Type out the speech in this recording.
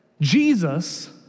Jesus